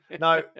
No